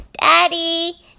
Daddy